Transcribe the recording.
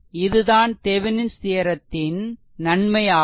இது தான் தெவெனின்ஸ் தியெரெத்தின் Thevenin's theorem நன்மை ஆகும்